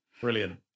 Brilliant